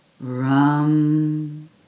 Ram